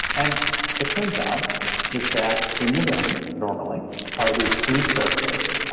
and it turns out is that in your brain normally are these two circuits,